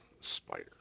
spider